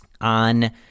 On